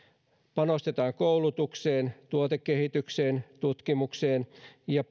panostetaan koulutukseen tuotekehitykseen ja